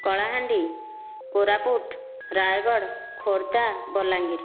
Kalahandi Koraput Rayagada Khordha Balangir